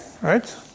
right